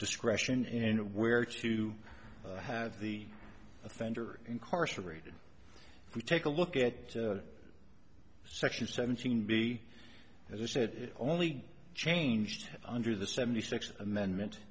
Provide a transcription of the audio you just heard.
discretion in where to have the offender incarcerated we take a look at section seventeen b as i said it only changed under the seventy sixth amendment